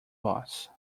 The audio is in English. boss